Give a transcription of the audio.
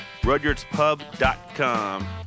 Rudyardspub.com